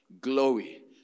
Glory